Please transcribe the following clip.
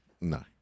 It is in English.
No